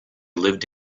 lived